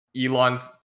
Elon's